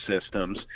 systems